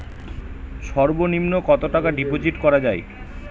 সর্ব নিম্ন কতটাকা ডিপোজিট করা য়ায়?